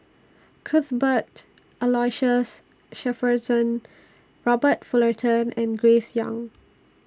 Cuthbert Aloysius Shepherdson Robert Fullerton and Grace Young